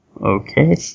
Okay